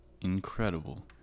incredible